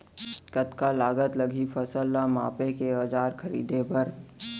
कतका लागत लागही फसल ला मापे के औज़ार खरीदे बर?